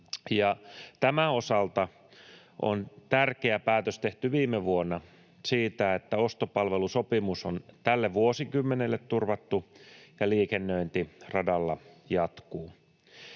tämän osalta on tärkeä päätös tehty viime vuonna siitä, että ostopalvelusopimus on tälle vuosikymmenelle turvattu ja liikennöinti radalla jatkuu.